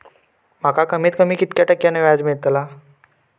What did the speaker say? माका कमीत कमी कितक्या टक्क्यान व्याज मेलतला?